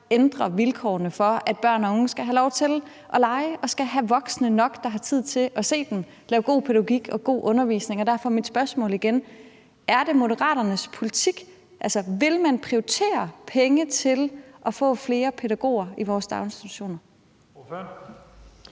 ændrer vilkårene, sådan at børn og unge kan få lov til at lege og have voksne nok, der har tid til at se dem og lave god pædagogik og god undervisning, og derfor er mit spørgsmål igen: Er det Moderaternes politik, altså vil man prioritere penge til det at få flere pædagoger i vores daginstitutioner? Kl.